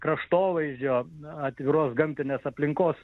kraštovaizdžio atviros gamtinės aplinkos